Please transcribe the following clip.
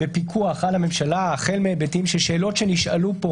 בפיקוח על הממשלה החל מהיבטים של שאלות שנשאלו פה